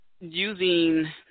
using